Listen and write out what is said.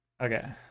Okay